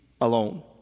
alone